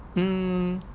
mm